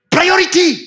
Priority